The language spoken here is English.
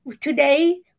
today